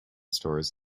stores